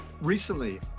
Recently